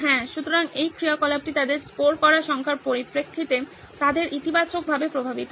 সুতরাং এই ক্রিয়াকলাপটি তাদের স্কোর করা সংখ্যার পরিপ্রেক্ষিতে তাদের ইতিবাচকভাবে প্রভাবিত করছে